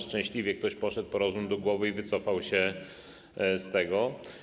Szczęśliwie ktoś poszedł po rozum do głowy i wycofał się z tego.